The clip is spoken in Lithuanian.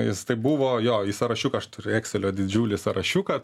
jis tai buvo jo į sąrašiuką aš turiu ekselio didžiulį sąrašiuką